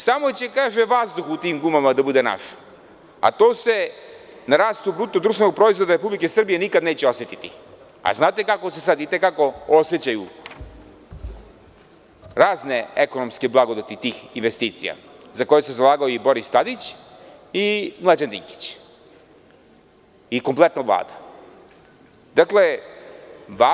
Samo će, kaže, vazduh u tim gumama da bude naš, a to se na rastu bruto društvenog proizvoda Republike Srbije nikada neće osetiti i znate kako se sad i te kako osećaju razne ekonomske blagodeti tih investicija, za koje se zalagao i Boris Tadić i Mlađan Dinkić i kompletna Vlada.